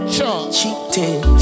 Cheating